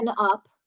up